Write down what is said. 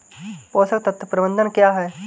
पोषक तत्व प्रबंधन क्या है?